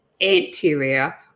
anterior